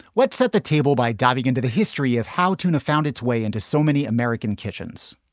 let's set the table by diving into the history of how tuna found its way into so many american kitchens.